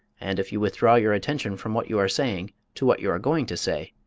and if you withdraw your attention from what you are saying to what you are going to say,